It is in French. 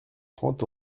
trente